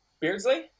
Beardsley